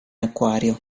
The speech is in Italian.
acquario